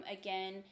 Again